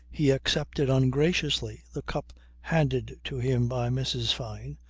he accepted ungraciously the cup handed to him by mrs. fyne,